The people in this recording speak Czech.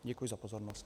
Děkuji za pozornost.